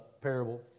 parable